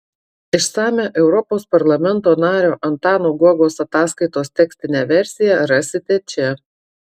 išsamią europos parlamento nario antano guogos ataskaitos tekstinę versiją rasite čia